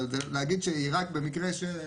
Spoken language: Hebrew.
אבל להגיד שהיא רק במקרה שקורה.